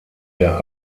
der